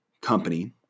company